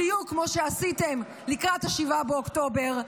בדיוק כמו שעשיתם לקראת 7 באוקטובר.